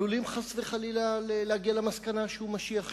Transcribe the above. עלולים, חס וחלילה, להגיע למסקנה שהוא משיח שקר.